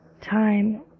time